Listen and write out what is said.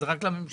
זה רק לממשלה.